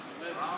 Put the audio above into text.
תראו על